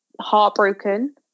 heartbroken